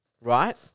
right